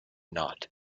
not